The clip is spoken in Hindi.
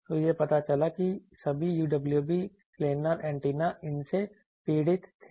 तो यह पता चला कि सभी UWB प्लानर एंटेना इन से पीड़ित थे